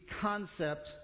concept